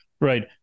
Right